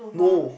no